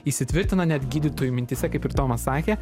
įsitvirtina net gydytojų mintyse kaip ir tomas sakė